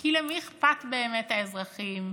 כי למי אכפת באמת מהאזרחים?